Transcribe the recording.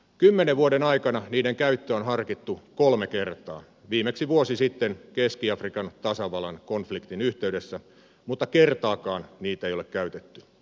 kymmenen vuoden aikana niiden käyttöä on harkittu kolme kertaa viimeksi vuosi sitten keski afrikan tasavallan konfliktin yhteydessä mutta kertaakaan niitä ei ole käytetty